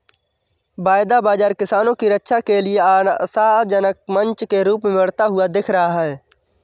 वायदा बाजार किसानों की रक्षा के लिए आशाजनक मंच के रूप में बढ़ता हुआ दिख रहा है